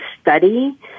study